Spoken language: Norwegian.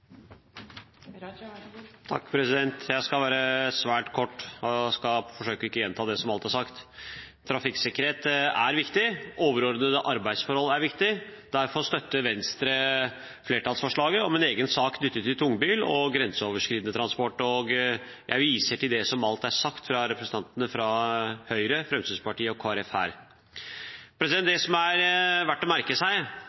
Jeg skal være svært kort og forsøke ikke å gjenta det som alt er sagt. Trafikksikkerhet er viktig. Overordnede arbeidsforhold er viktig. Derfor støtter Venstre flertallsforslaget om en egen sak knyttet til tungbil og grenseoverskridende transport, og jeg viser til det som alt er sagt her av representantene fra Høyre, Fremskrittspartiet og